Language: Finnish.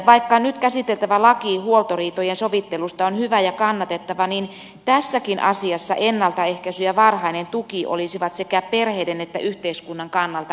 vaikka nyt käsiteltävä laki huoltoriitojen sovittelusta on hyvä ja kannatettava niin tässäkin asiassa ennaltaehkäisy ja varhainen tuki olisivat sekä perheiden että yhteiskunnan kannalta ensisijaisia